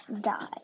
die